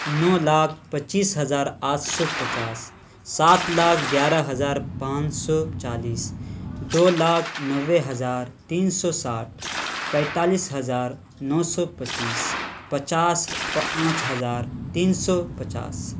نو لاکھ پچیس ہزار آس سو پچاس سات لاکھ گیارہ ہزار پان سو چالیس دو لاکھ نوے ہزار تین سو ساٹھ پینتالیس ہزار نو سو پچیس پچاس پانچ ہزار تین سو پچاس